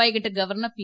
വൈകിട്ട് governor P